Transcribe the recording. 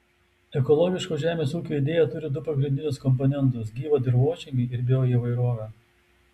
ekologiško žemės ūkio idėja turi du pagrindinius komponentus gyvą dirvožemį ir bioįvairovę